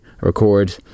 record